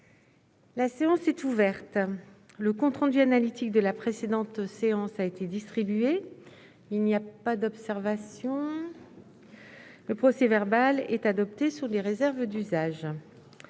La séance est ouverte. Le compte rendu analytique de la précédente séance a été distribué. Il n'y a pas d'observation ?... Le procès-verbal est adopté sous les réserves d'usage.